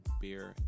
beer